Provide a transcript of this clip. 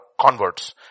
converts